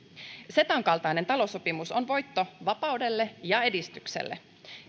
cetan kaltainen taloussopimus on voitto vapaudelle ja edistykselle